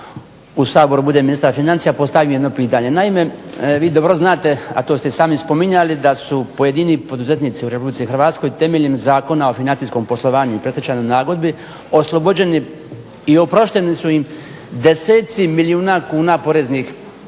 u Saboru bude ministar financija postavim jedno pitanje. Naime, vi dobro znate, a to ste i sami spominjali da su pojedini poduzetnici u Republici Hrvatskoj temeljem Zakona o financijskom poslovanju i predstečajnoj nagodbi oslobođeni i oprošteni su im deseci milijuna kuna poreznih